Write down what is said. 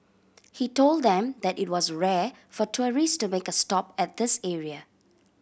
he told them that it was rare for tourist to make a stop at this area